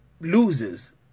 Loses